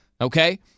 Okay